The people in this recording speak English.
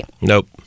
nope